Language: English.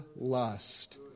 lust